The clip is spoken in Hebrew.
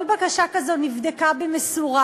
כל בקשה כזאת נבדקה במשורה.